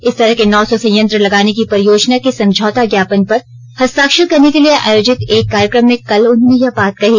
इस तरह के नौ सौ संयंत्र लगाने की परियोजना के समझौता ज्ञापन पर हस्ताक्षर करने के लिए आयोजित एक कार्यक्रम में कल उन्होंने यह बात कही